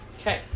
Okay